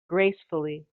gracefully